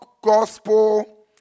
gospel